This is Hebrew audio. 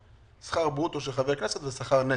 מה הוא שכר הברוטו של חבר כנסת ומהו שכר הנטו.